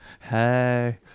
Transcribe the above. Hey